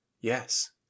Yes